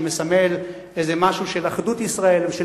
שמסמל איזה משהו של אחדות ישראל ושל